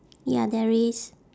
ya there is